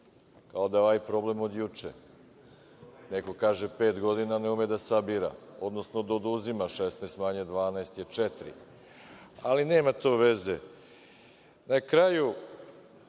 kao da je ovaj problem od juče. Neko kaže pet godina, a ne ume da sabira, odnosno da oduzima 16 manje 12 je četiri. Ali, nema to veze. Na kraju,